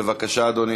בבקשה, אדוני.